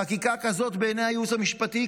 חקיקה כזאת בעיני הייעוץ המשפטי,